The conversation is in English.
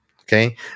Okay